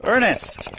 Ernest